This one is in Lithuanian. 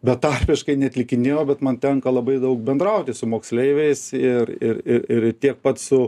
betarpiškai neatlikinėjau bet man tenka labai daug bendrauti su moksleiviais ir ir ir ir tiek pat su